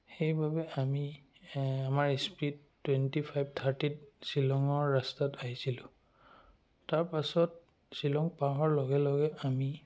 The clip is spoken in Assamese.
সেইবাবে আমি আমাৰ স্পীড টুৱেণ্টি ফাইভ থাৰ্টিত শ্বিলঙৰ ৰাস্তাত আহিছিলোঁ তাৰপাছত শ্বিলং পাৰ হোৱাৰ লগে লগে আমি